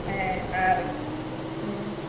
ᱦᱮᱸ ᱟᱨ ᱦᱮᱸ